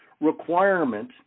requirement